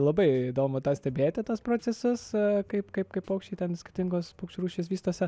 labai įdomu tą stebėti tas procesas kaip kaip kaip paukščiai ten skirtingos paukščių rūšys vystosi